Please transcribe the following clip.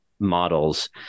models